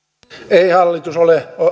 ei hallitus ole